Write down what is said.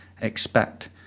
expect